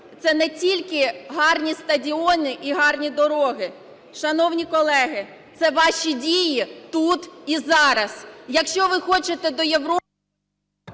це не тільки гарні стадіоні і гарні дороги. Шановні колеги, це ваші дії тут і зараз. Якщо ви хочете до Європи…